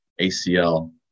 ACL